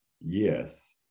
yes